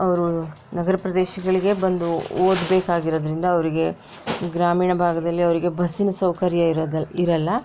ಅವರು ನಗರ ಪ್ರದೇಶಗಳಿಗೇ ಬಂದು ಓದ್ಬೇಕಾಗಿರೋದ್ರಿಂದ ಅವರಿಗೆ ಗ್ರಾಮೀಣ ಭಾಗದಲ್ಲಿ ಅವರಿಗೆ ಬಸ್ಸಿನ ಸೌಕರ್ಯ ಇರದಲ್ ಇರಲ್ಲ